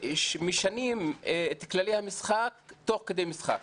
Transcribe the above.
משנים את כללי המשחק תוך כדי משחק.